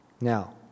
Now